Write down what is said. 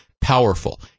powerful